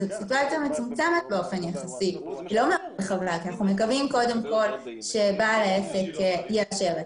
אנחנו מקווים קודם שבעל העסק יאשר את